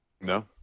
no